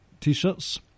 t-shirts